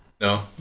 No